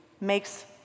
makes